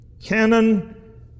canon